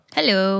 Hello